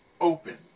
open